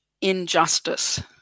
injustice